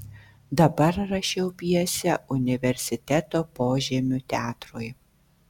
dabar rašiau pjesę universiteto požemių teatrui